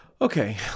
Okay